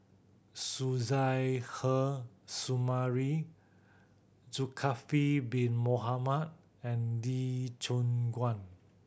Suzairhe Sumari Zulkifli Bin Mohamed and Lee Choon Guan